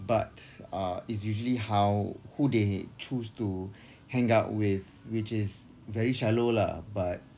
but uh it's usually how who they choose to hang out with which is very shallow lah but